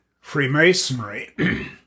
Freemasonry